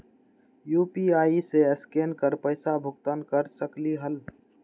UPI से scan कर पईसा भुगतान कर सकलीहल?